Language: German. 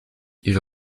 ihre